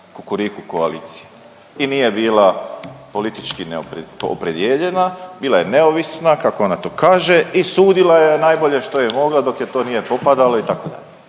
Kukuriku koalicije. I nije bila politički .../nerazumljivo/... opredijeljena, bila je neovisna, kako ona to kaže i sudila je najbolje što je mogla, dok joj to nije popadalo, itd.